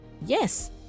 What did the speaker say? yes